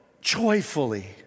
joyfully